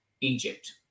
Egypt